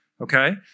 okay